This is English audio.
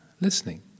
listening